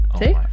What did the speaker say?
See